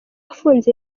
afunze